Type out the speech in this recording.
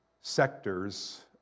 sectors